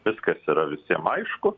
viskas yra visiem aišku